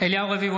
אליהו רביבו,